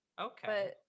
Okay